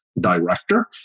director